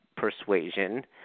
persuasion